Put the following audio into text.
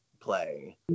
play